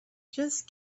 just